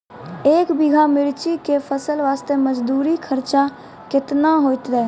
एक बीघा मिर्ची के फसल वास्ते मजदूरी खर्चा केतना होइते?